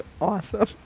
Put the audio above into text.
awesome